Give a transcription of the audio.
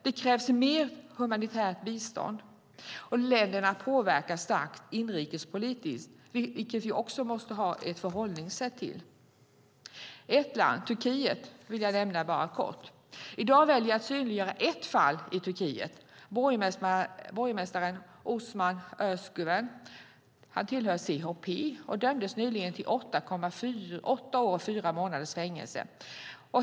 Det krävs mer humanitärt bistånd. Länderna påverkas starkt inrikespolitiskt, vilket vi också måste ha ett förhållningssätt till. Ett land, Turkiet, vill jag nämna bara kort. I dag väljer jag att synliggöra ett fall i Turkiet, borgmästaren Osman Özguven, som tillhör CHP. Han dömdes nyligen till fängelse i åtta år och fyra månader.